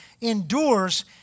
endures